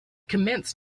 commenced